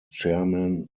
chairman